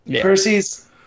Percy's